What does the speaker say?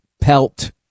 pelt